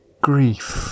Grief